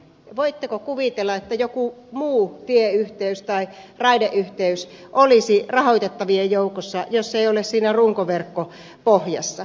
voitteko kuvitella että joku muu tieyhteys tai raideyhteys olisi rahoitettavien joukossa jos se ei ole siinä runkoverkkopohjassa